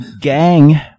Gang